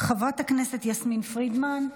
חברת הכנסת יסמין פרידמן,